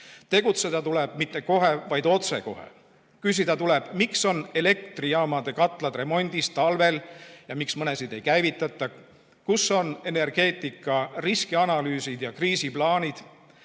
Tegutseda tuleb mitte kohe, vaid otsekohe. Küsida tuleb, miks on elektrijaamade katlad remondis talvel ja miks mõnda ei käivitata. Kus on energeetika riskianalüüsid ja kriisiplaanid?